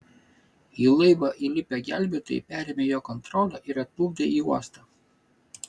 į laivą įlipę gelbėtojai perėmė jo kontrolę ir atplukdė į uostą